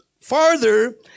farther